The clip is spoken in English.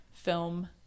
film